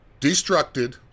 destructed